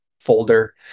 folder